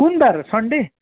कुन बार सन्डे